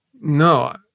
No